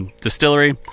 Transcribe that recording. distillery